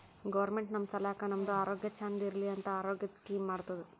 government ನಮ್ ಸಲಾಕ್ ನಮ್ದು ಆರೋಗ್ಯ ಚಂದ್ ಇರ್ಲಿ ಅಂತ ಆರೋಗ್ಯದ್ ಸ್ಕೀಮ್ ಮಾಡ್ತುದ್